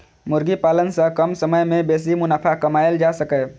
मुर्गी पालन सं कम समय मे बेसी मुनाफा कमाएल जा सकैए